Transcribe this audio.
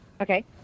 Okay